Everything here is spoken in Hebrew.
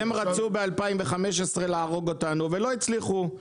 הם רצו ב-2015 להרוג אותנו ולא הצליחו,